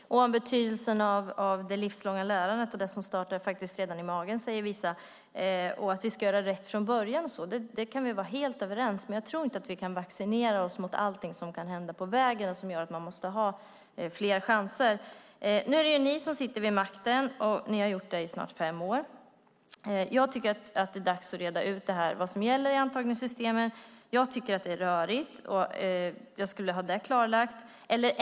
Herr talman! Betydelsen av det livslånga lärandet, som vissa säger startar redan i magen, och att vi ska göra rätt från början kan vi vara helt överens om. Jag tror dock inte att vi kan vaccinera oss mot allting som kan hända på vägen och som gör att man måste ha fler chanser. Nu är det ju ni som sitter vid makten, Nina Lundström, och det har ni gjort i snart fem år. Jag tycker att det är dags att reda ut vad som gäller i antagningssystemen. Jag tycker att det är rörigt, och jag skulle vilja ha det klarlagt.